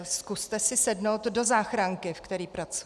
Zkuste si sednout do záchranky, ve které pracuji.